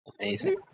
Amazing